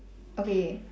okay